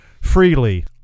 freely